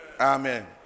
Amen